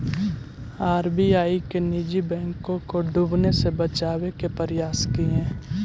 RBI ने निजी बैंकों को डूबने से बचावे के प्रयास किए